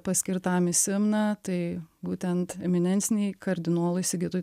paskirtam į simną tai būtent eminencinei kardinolui sigitui